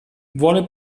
vuole